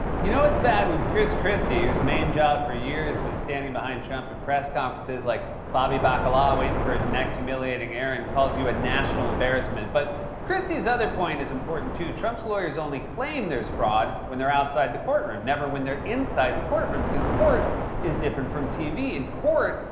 you know it's bad when chris christie, whose main job for years was standing behind trump at press conferences like bobby baccala waiting for his next humiliating errand calls you a national embarrassment. but christie's other point is important, too trump's lawyers only claim there's fraud when they're outside the courtroom, never when they're inside the courtroom. because court is different from tv. in court,